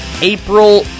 April